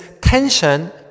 tension